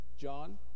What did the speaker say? John